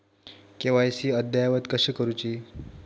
KYC अद्ययावत कशी करुची?